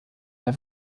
der